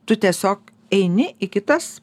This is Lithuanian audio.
tu tiesiog eini į kitas